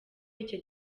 icyo